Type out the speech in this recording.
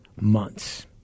months